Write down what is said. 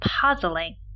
puzzling